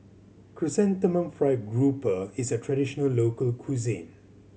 Chrysanthemum Fried Grouper is a traditional local cuisine